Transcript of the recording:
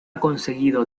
conseguido